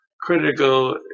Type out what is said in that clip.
critical